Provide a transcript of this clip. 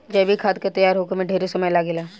जैविक खाद के तैयार होखे में ढेरे समय लागेला